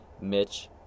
Mitch